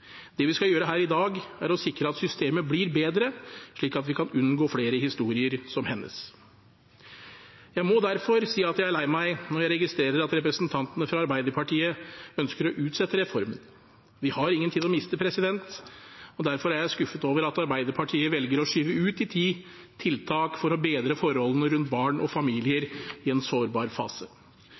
Det vi skal gjøre her i dag, er å sikre at systemet blir bedre, slik at vi kan unngå flere historier som hennes. Jeg må derfor si at jeg er lei meg når jeg registrerer at representantene fra Arbeiderpartiet ønsker å utsette reformen. Vi har ingen tid å miste. Derfor er jeg skuffet over at Arbeiderpartiet velger å skyve ut i tid tiltak for å bedre forholdene rundt barn og familier i en sårbar fase.